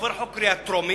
שעובר חוק בקריאה טרומית,